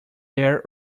their